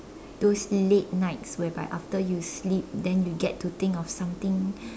those late nights whereby after you sleep then you get to think of something